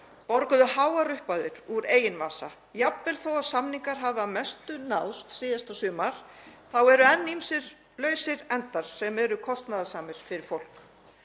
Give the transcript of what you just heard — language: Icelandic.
borgaði háar upphæðir úr eigin vasa. Jafnvel þótt samningar hafi að mestu náðst síðasta sumar eru enn ýmsir lausir endar sem eru kostnaðarsamir fyrir fólk.